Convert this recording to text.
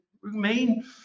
remain